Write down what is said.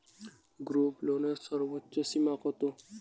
গ্রুপলোনের সর্বোচ্চ সীমা কত?